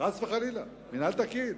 חס וחלילה, מינהל תקין.